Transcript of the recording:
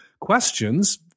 questions